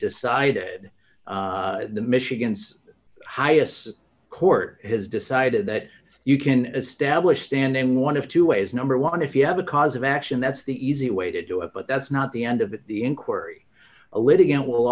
decided the michigan's highest court has decided that you can establish stand in one of two ways number one if you have a cause of action that's the easy way to do it but that's not the end of the inquiry a litigant will